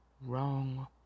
wrong